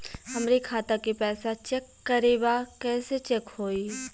हमरे खाता के पैसा चेक करें बा कैसे चेक होई?